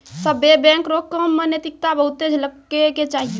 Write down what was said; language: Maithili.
सभ्भे बैंक रो काम मे नैतिकता बहुते झलकै के चाहियो